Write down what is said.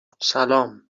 سلام